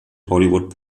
hollywood